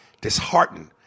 disheartened